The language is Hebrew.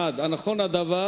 1. האם נכון הדבר?